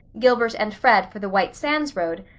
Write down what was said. gilbert and fred for the white sands road,